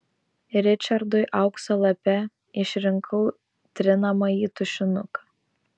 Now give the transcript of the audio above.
ričardui aukso lape išrinkau trinamąjį tušinuką